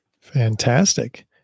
Fantastic